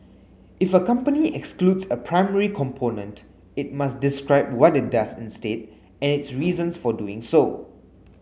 if a company excludes a primary component it must describe what it does instead and its reasons for doing so